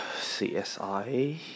CSI